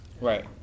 Right